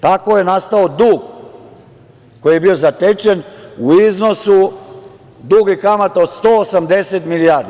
Tako je nastao dug koji je bio zapečen u iznosu drugih kamata od 180 milijardi.